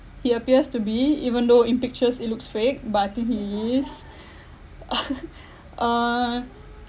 he appears to be even though in pictures it looks fake but I think he is uh